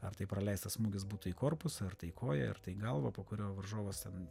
ar tai praleistas smūgis būtų į korpusą ar tai į koją ar tai galvą po kurio varžovas ten